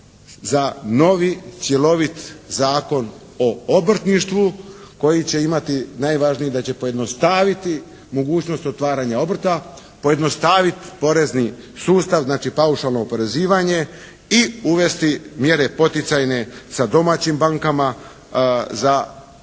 za novi, cjelovit Zakon o obrtništvu koji će imati, najvažnije da će pojednostaviti mogućnost otvaranja obrta, pojednostavit porezni sustav znači paušalno oporezivanje i uvesti mjere poticajne sa domaćim bankama za razvoj